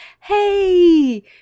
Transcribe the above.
hey